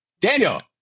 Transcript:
Daniel